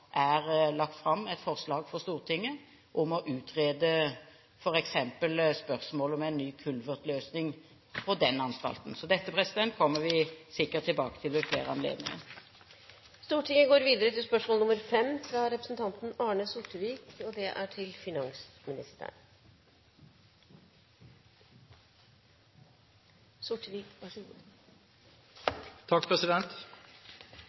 er lagt fram et forslag for Stortinget om å utrede f.eks. spørsmålet om en ny kulvertløsning på den anstalten. Dette kommer vi sikkert tilbake til ved flere anledninger. «Det er politisk enighet om nullvisjon i veitrafikken. Målet er forsatt langt unna. Dessverre er